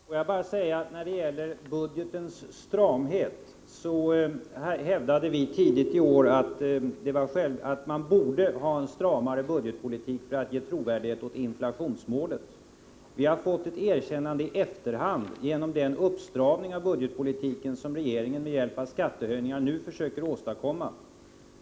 Herr talman! Får jag bara säga när det gäller budgetens stramhet att vi tidigare i år hävdade att man borde ha en stramare budgetpolitik för att ge trovärdighet åt inflationsmålet. Vi har fått ett erkännande i efterhand genom den uppstramning av budgetpolitiken som regeringen med hjälp av skattehöjningar nu försöker åstadkomma.